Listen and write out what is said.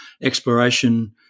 exploration